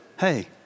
hey